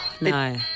no